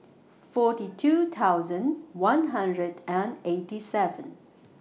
forty two thousand one hundred and eighty seven